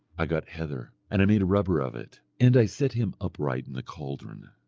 i got heather and i made a rubber of it, and i set him upright in the caldron.